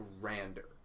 grander